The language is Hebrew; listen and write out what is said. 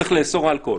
צריך לאסור אלכוהול.